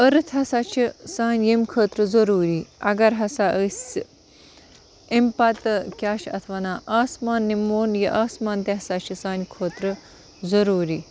earth ہَسا چھِ سانہِ ییٚمہِ خٲطرٕ ضروٗری اگر ہَسا أسۍ اَمہِ پَتہٕ کیٛاہ چھِ اَتھ وَنان آسمان نِہمون یہِ آسمان تہِ ہَسا چھُ سانہِ خٲطرٕ ضروٗری